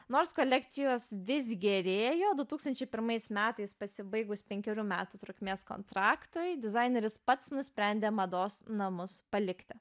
nors kolekcijos vis gėrėjo du tūkstančiai pirmais metais pasibaigus penkerių metų trukmės kontraktą dizaineris pats nusprendė mados namus palikti